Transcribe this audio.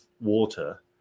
water